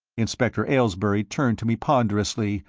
inspector aylesbury turned to me ponderously,